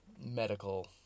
medical